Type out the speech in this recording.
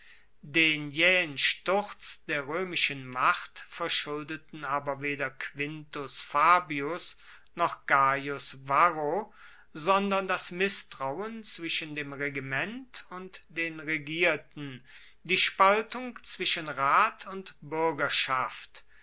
den jaehen sturz der roemischen macht verschuldeten aber weder quintus fabius noch gaius varro sondern das misstrauen zwischen dem regiment und den regierten die spaltung zwischen rat und buergerschaft